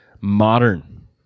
Modern